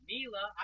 Mila